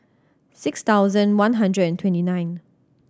six thousand one hundred and twenty nine